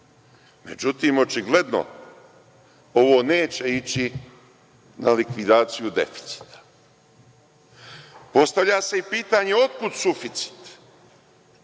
međutim, očigledno ovo neće ići na likvidaciju deficita. Postavlja se pitanje – otkud suficit?